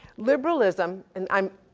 liberalism and i'm,